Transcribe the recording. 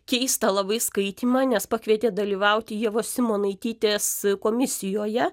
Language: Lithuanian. keista labai skaitymą nes pakvietė dalyvauti ievos simonaitytės komisijoje